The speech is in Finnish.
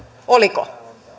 oliko